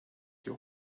your